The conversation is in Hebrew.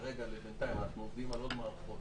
בינתיים אנחנו עובדים על עוד מערכות